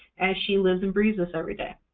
and she lives and breathes this every day.